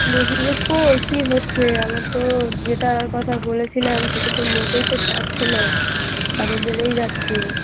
বলছি যে কোই কী হচ্ছে আমার তো যেটার কথা বলেছিলাম সেটা তো মোটেই তো সারছে না আরো বেড়েই যাচ্ছে